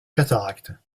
cataracte